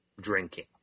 drinking